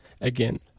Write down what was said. Again